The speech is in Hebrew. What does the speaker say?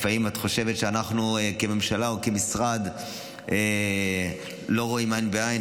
לפעמים את חושבת שאנחנו כממשלה או כמשרד לא רואים עין בעין,